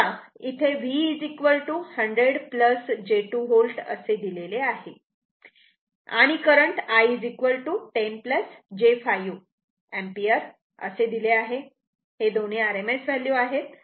समजा इथे V 100 j 2 V असे दिले आहे आणि करंट I 10 j 5 एम्पिअर असे दिले आहे हे दोन्ही RMS व्हॅल्यू आहेत